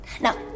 Now